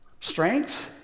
Strengths